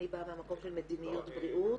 אני באה מהמקום של מדיניות בריאות.